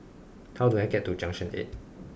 how do I get to Junction eight